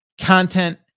content